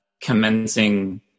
commencing